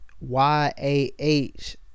Y-A-H